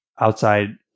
outside